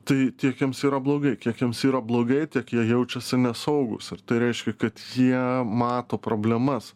tai tiek jiems yra blogai kiek jiems yra blogai tik jie jaučiasi nesaugūs ar tai reiškia kad jie mato problemas